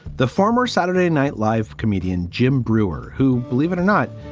the former saturday night live comedian jim breuer, who, believe it or not,